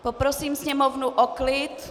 Poprosím sněmovnu o klid.